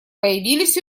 появились